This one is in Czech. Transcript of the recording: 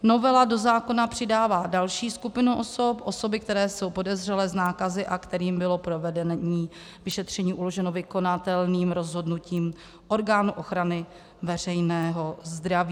Novela do zákona přidává další skupinu osob osoby, které jsou podezřelé z nákazy a kterým bylo provedení vyšetření uloženo vykonatelným rozhodnutím orgánu ochrany veřejného zdraví.